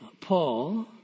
Paul